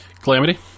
Calamity